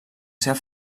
seva